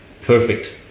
perfect